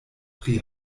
pri